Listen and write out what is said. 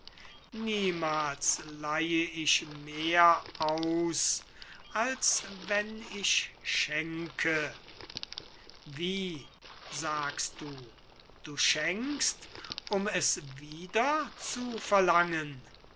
niemals leihe ich mehr aus als wenn ich schenke wie sagst du du schenkst um es wieder zu verlangen